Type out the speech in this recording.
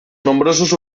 nombrosos